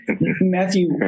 Matthew